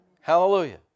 Hallelujah